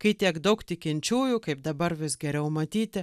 kai tiek daug tikinčiųjų kaip dabar vis geriau matyti